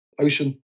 ocean